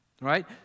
Right